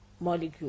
molecule